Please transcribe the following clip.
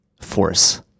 force